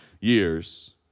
years